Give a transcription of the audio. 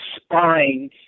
spying